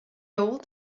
old